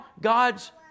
God's